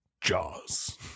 Jaws